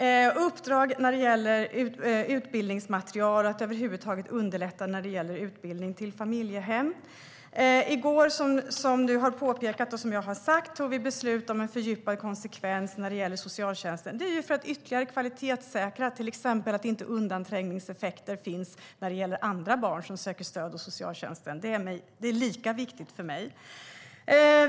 Det har getts uppdrag när det gäller utbildningsmaterial och när det gäller att över huvud taget underlätta i fråga om utbildning till familjehem. Som du har påpekat och som jag har sagt tog vi i går beslut om en fördjupad konsekvens när det gäller socialtjänsten. Det är för att ytterligare kvalitetssäkra, till exempel att det inte finns undanträngningseffekter när det gäller andra barn som söker stöd hos socialtjänsten. Det är lika viktigt för mig.